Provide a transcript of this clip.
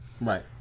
Right